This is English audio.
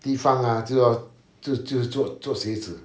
地方 ah 就要就就做做鞋子